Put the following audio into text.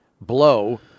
blow